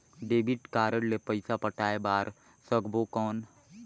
Debit card ले पइसा पटाय बार सकबो कौन?